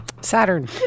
Saturn